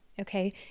okay